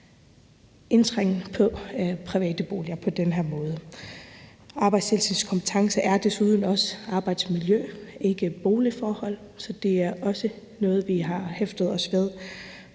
indblanding i private boliger på den her måde. Arbejdstilsynets kompetence er desuden også arbejdsmiljø, ikke boligforhold, så det er også noget, vi har hæftet os ved.